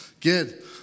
Good